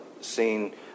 seen